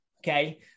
Okay